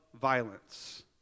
violence